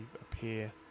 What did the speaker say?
appear